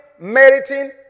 meriting